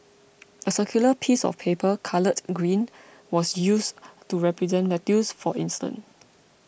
a circular piece of paper coloured green was used to represent lettuce for instance